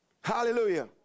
Hallelujah